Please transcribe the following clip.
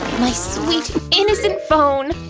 my sweet, innocent phone!